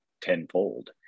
tenfold